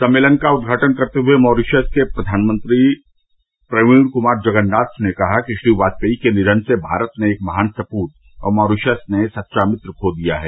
सम्मेलन का उद्घाटन करते हुए मॉरिशस के प्रधानमंत्री प्रवीण क्मार जगन्नाथ ने कहा कि श्री वाजपेयी के निधन से भारत ने एक महान सपूत और मॉरीशस ने सच्चा मित्र खो दिया है